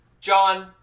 John